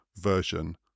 version